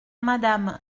madame